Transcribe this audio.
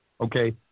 okay